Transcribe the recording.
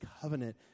covenant